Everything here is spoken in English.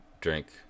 drink